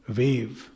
wave